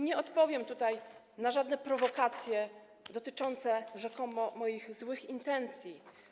Nie odpowiem na żadne prowokacje dotyczące rzekomo moich złych intencji.